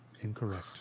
Incorrect